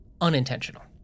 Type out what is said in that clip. unintentional